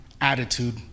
attitude